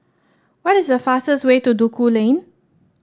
what is the fastest way to Duku Lane